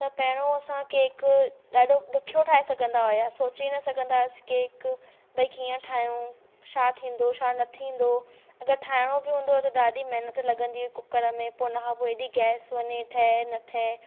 त पहिरों असां केक ॾाढो ॾुखियो ठाहे सघंदा हुआसि सोची न सघंदा हुअसि कि केक ॿई कीअं ठाहियूं छा थींदो छा न थींदो अगरि ठाहिणो बि हूंदो त ॾाढी महिनत लॻंदी कूकड़ में पोइ हुन खां पो हेॾी गैस वञे ठहे न ठहे